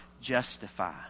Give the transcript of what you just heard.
justify